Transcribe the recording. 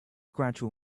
gradual